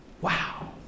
Wow